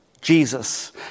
Jesus